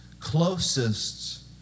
closest